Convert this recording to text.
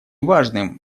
важным